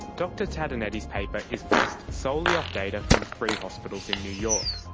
dr tatonetti's paper is based solely off data from three hospitals in new york.